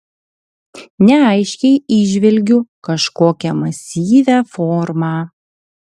neaiškiai įžvelgiu kažkokią masyvią formą